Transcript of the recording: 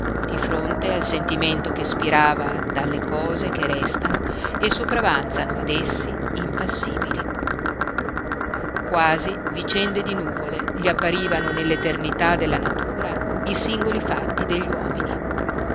di fronte al sentimento che spirava dalle cose che restano e sopravanzano ad essi impassibili quasi vicende di nuvole gli apparivano nell'eternità della natura i singoli fatti degli uomini